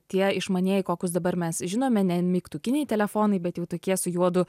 tie išmanieji kokius dabar mes žinome ne mygtukiniai telefonai bet jau tokie su juodu